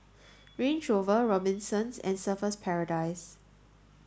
Range Rover Robinsons and Surfer's Paradise